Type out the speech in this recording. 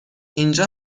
اینجا